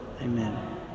Amen